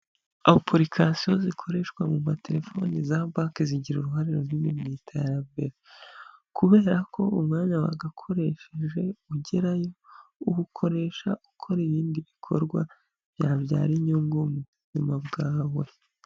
Apurikasiyo zikoreshwa mu materefoni za banki zigira uruhare runini mu iterambere, kubera ko umwanya wagakoresheje ugerayo uwukoresha ukora ibindi bikorwa bya byara inyungu mu buzima bwawe.